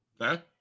Okay